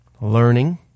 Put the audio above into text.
learning